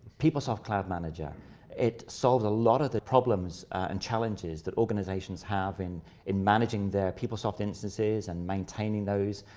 peoplesoft cloud manager it solves a lot of the problems and challenges that organizations have in in managing their peoplesoft instances and maintaining those,